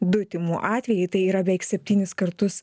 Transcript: du tymų atvejai tai yra veik septynis kartus